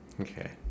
Okay